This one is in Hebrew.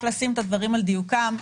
רק לשים את הדברים על דיוקם,